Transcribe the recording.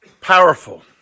powerful